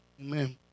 Amen